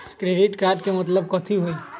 Credit card के मतलब कथी होई?